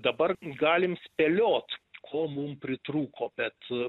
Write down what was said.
dabar galim spėliot ko mum pritrūko bet